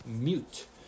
mute